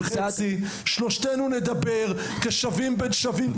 שלושתנו נדבר כשווים בין שווים,